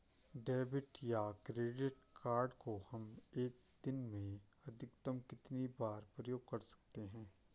Debit या credit card को हम एक दिन में अधिकतम कितनी बार प्रयोग कर सकते हैं?